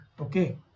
okay